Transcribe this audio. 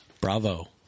Bravo